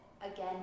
again